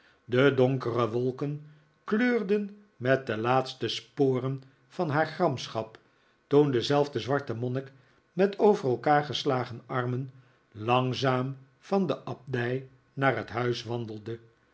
de donkere wolken kleurend met de laatste sporen van haar gramschap toen dezelfde zwarte monnik met over elkaar geslagen armen langzaam van de abdij naar het huis wandelde